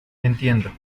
entiendo